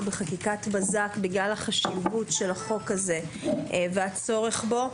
בחקיקת בזק בגלל חשיבות החוק הזה והצורך בו,